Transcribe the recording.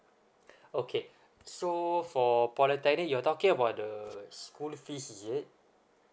okay so for polytechnic you're talking about the school fees is it